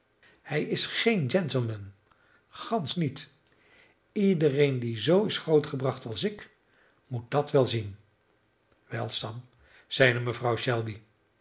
hij is geen gentleman gansch niet iedereen die zoo is grootgebracht als ik moet dat wel zien wel sam zeide mevrouw shelby